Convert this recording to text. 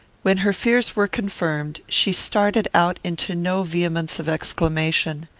when her fears were confirmed, she started out into no vehemence of exclamation.